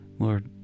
Lord